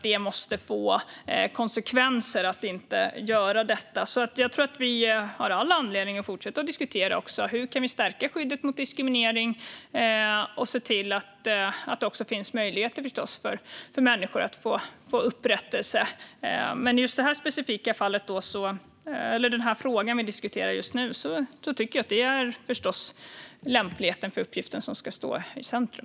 Det måste få konsekvenser att inte göra det. Jag tror alltså att vi har all anledning att fortsätta diskutera hur vi kan stärka skyddet mot diskriminering och se till att det finns möjligheter för människor att få upprättelse. När det gäller den fråga vi diskuterar just nu tycker jag dock, förstås, att det är lämpligheten för uppgiften som ska stå i centrum.